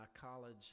college